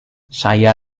saya